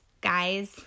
guys